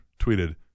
tweeted